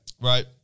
Right